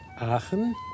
Aachen